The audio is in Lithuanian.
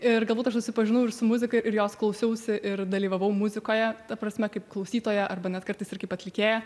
ir galbūt aš susipažinau ir su muzika ir jos klausiausi ir dalyvavau muzikoje ta prasme kaip klausytoja arba net kartais ir kaip atlikėja